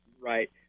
right